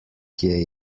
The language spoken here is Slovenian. kje